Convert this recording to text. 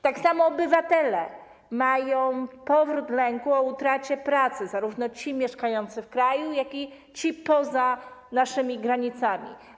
Tak samo obywatele mają nawrót lęku dotyczącego utraty pracy, zarówno ci mieszkający w kraju, jak i ci poza naszymi granicami.